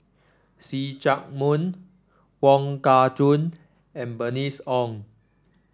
See Chak Mun Wong Kah Chun and Bernice Ong